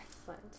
Excellent